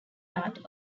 art